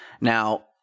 now